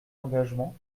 engagement